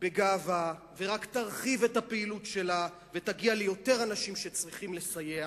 בגאווה ורק תרחיב את הפעילות שלה ותגיע ליותר אנשים שצריכים סיוע